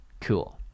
Cool